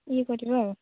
ଇଏ କରିବା ଆଉ